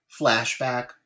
flashback